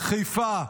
חיפה,